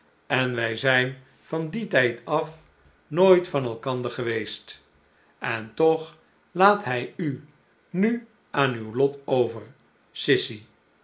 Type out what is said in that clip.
en wij zijn van dien tijd af nooit van elkander geweest en toch laat hij u nu aan uw lot over sissy